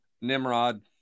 Nimrod